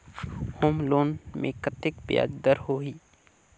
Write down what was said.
Home loan मे कतेक ब्याज दर होही?